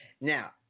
Now